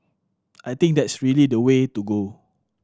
I think that's really the way to go